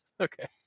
Okay